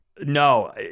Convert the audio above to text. No